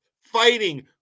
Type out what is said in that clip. fighting